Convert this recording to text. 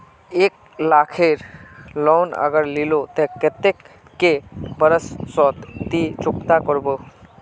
एक लाख केर लोन अगर लिलो ते कतेक कै बरश सोत ती चुकता करबो?